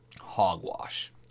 Hogwash